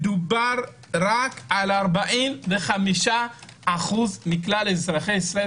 מדובר רק על 45% מכלל אזרחי ישראל,